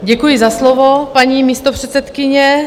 Děkuji za slovo, paní místopředsedkyně.